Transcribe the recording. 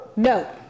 No